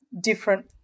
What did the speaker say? different